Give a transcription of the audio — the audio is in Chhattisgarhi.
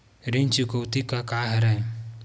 ऋण चुकौती का हरय?